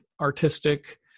artistic